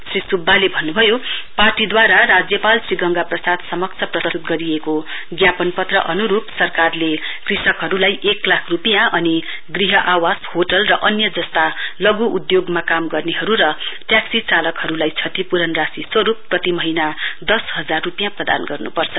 श्री सुब्बाले भन्नभयो पार्टीदुवारा राज्यपाल श्री गंगा प्रसाद समक्ष प्रस्तुत गरिएको ज्ञयापन पत्र अनुरुप सरकारले कृषकहरुलाई एक लाख रुपियाँअनि गृह आवास होटल र अन्य जस्ता लघु उधोगमा काम गर्नेहरु र ट्याक्सी चालकहरुलाई क्षतिपूरण राशि स्वरुप प्रति महीना दस हजार रुपियाँ प्रदान गर्नुपर्छ